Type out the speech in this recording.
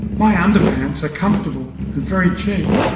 my underpants are comfortable and very cheap.